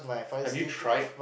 have you tried